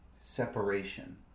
separation